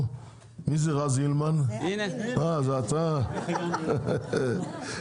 להם נקודת פתיחה מאוזנת והוגנת יותר.